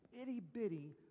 itty-bitty